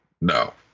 no